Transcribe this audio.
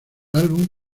álbum